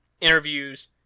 interviews